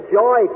joy